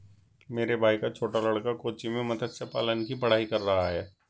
मेरे भाई का छोटा लड़का कोच्चि में मत्स्य पालन की पढ़ाई कर रहा है